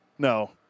No